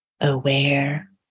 aware